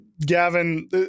Gavin